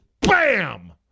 BAM